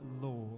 Lord